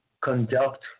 conduct